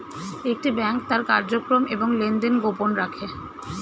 একটি ব্যাংক তার কার্যক্রম এবং লেনদেন গোপন রাখে